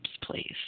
please